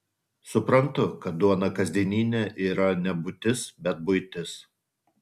suprantu kad duona kasdieninė yra ne būtis bet buitis